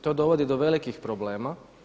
To dovodi do velikih problema.